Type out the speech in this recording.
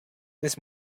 this